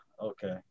okay